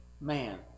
man